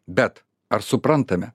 bet ar suprantame